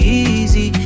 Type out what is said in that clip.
easy